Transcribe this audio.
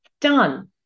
done